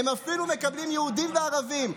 הם אפילו מקבלים יהודים וערבים.